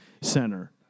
center